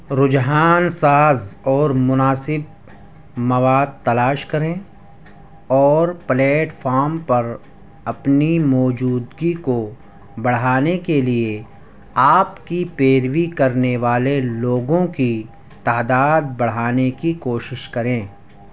رجحان ساز اور مناسب مواد تلاش کریں اور پلیٹفام پر اپنی موجودگی کو بڑھانے کے لیے آپ کی پیروی کرنے والے لوگوں کی تعداد بڑھانے کی کوشش کریں